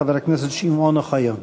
חבר הכנסת שמעון אוחיון.